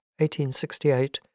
1868